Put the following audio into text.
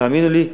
תאמינו לי,